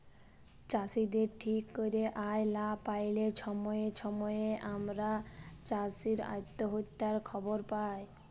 চাষীদের ঠিক ক্যইরে আয় লা প্যাইলে ছময়ে ছময়ে আমরা চাষী অত্যহত্যার খবর পায়